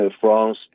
France